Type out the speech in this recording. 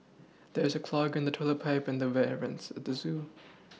there is a clog in the toilet pipe and the air vents at the zoo